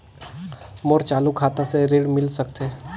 मोर चालू खाता से ऋण मिल सकथे?